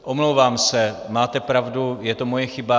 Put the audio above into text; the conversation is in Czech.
Omlouvám se, máte pravdu, je to moje chyba.